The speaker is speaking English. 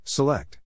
Select